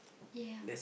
ya